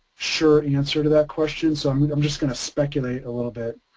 sure answer to that question so i mean i'm just gonna speculate a little bit.